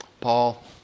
Paul